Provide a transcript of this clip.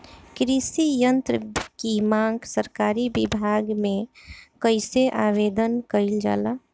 कृषि यत्र की मांग सरकरी विभाग में कइसे आवेदन कइल जाला?